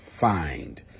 find